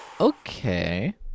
Okay